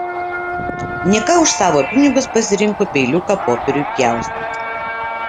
nika už savo pinigus pasirinko peiliuką popieriui pjaustyti